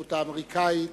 השגרירות האמריקנית